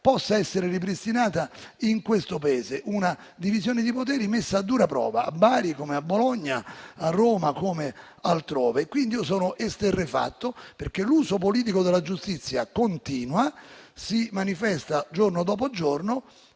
possa essere ripristinata in questo Paese. Questa divisione tra poteri è messa a dura prova a Bari, così come a Bologna, a Roma e altrove. Sono esterrefatto, perché l'uso politico della giustizia continua e si manifesta giorno dopo giorno.